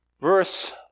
verse